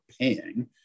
paying